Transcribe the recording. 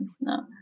no